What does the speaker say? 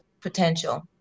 potential